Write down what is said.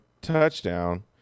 touchdown